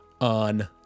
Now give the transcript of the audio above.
on